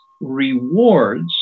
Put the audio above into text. rewards